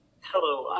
Hello